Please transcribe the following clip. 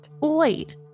Wait